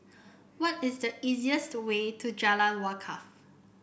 what is the easiest way to Jalan Wakaff